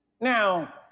Now